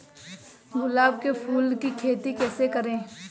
गुलाब के फूल की खेती कैसे करें?